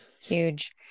Huge